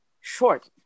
short